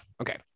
Okay